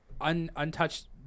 untouched